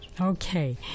Okay